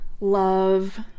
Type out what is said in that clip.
Love